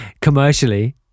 commercially